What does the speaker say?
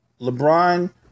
LeBron